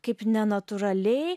kaip nenatūraliai